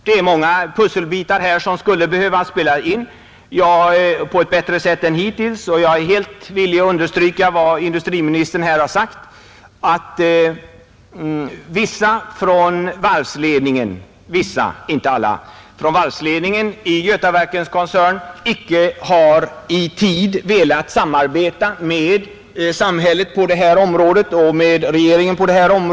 Det är många pusselbitar som skulle behöva passa in på ett bättre sätt för framtiden, och jag är helt villig att understryka vad industriministern har sagt, nämligen att vissa — inte alla — i ledningen för Götaverken icke i tid velat samarbeta med samhället på det här området.